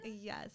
Yes